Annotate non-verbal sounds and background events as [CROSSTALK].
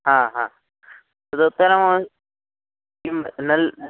हह तद् [UNINTELLIGIBLE] किं नल्